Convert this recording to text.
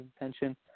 attention